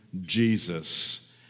Jesus